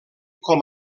com